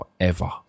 forever